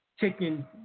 taking